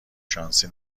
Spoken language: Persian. شانسی